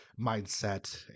mindset